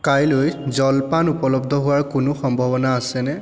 কাইলৈ জলপান উপলব্ধ হোৱাৰ কোনো সম্ভৱনা আছেনে